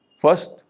First